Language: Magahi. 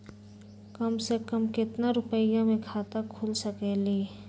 कम से कम केतना रुपया में खाता खुल सकेली?